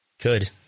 good